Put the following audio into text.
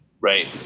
right